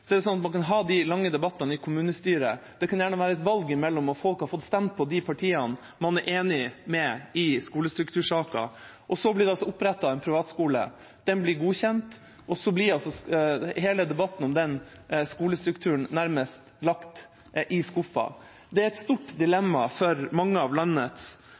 de debattene kan det også være et valg der folk har stemt på de partiene man er enig med i skolestruktursaker. Så blir det opprettet en privatskole. Den blir godkjent, og så blir hele debatten om skolestruktur nærmest lagt i skuffen. Det er et stort dilemma for mange av landets